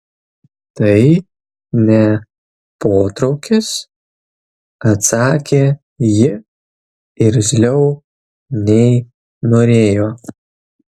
tai ne potraukis atsakė ji irzliau nei norėjo